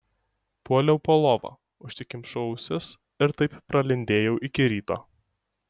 puoliau po lova užsikimšau ausis ir taip pralindėjau iki ryto